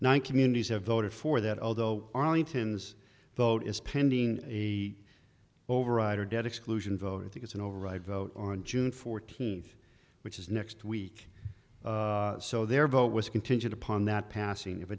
nine communities have voted for that although arlington's vote is pending a override a debt exclusion vote i think it's an override vote on june fourteenth which is next week so their vote was contingent upon that passing if